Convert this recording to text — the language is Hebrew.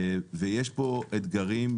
ויש פה אתגרים,